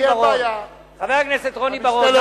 חבר הכנסת רוני בר-און,